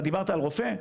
אתה דיברת על רופא.